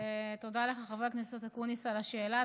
תודה לך, חבר הכנסת אקוניס, על השאלה.